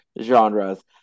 genres